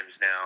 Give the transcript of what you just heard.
now